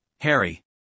Harry